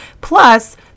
plus